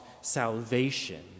salvation